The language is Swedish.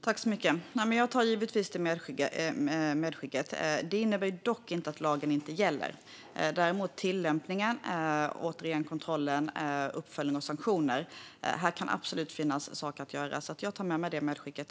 Herr talman! Jag tar givetvis med mig medskicket. Det innebär dock inte att lagen inte gäller. Däremot kan det absolut finnas saker att göra med tillämpning, kontroll, uppföljning och sanktioner. Jag tar med mig medskicket.